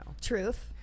Truth